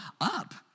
up